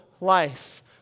life